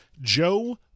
Joe